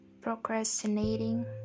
procrastinating